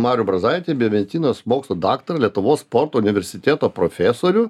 marių brazaitį biomedicinos mokslų daktarą lietuvos sporto universiteto profesorių